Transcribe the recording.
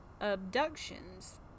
abductions